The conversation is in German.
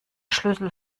schlüssel